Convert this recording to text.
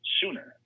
sooner